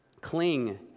Cling